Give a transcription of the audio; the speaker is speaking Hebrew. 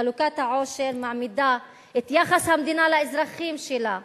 חלוקת העושר מעמידה את יחס המדינה לאזרחים שלה בספק.